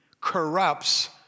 corrupts